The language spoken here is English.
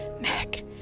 Mac